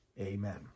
Amen